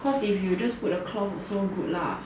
cause if you just put the cloth also good lah